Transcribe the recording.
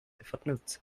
footnotes